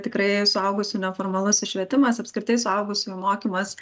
tikrai suaugusių neformalusis švietimas apskritai suaugusiųjų mokymas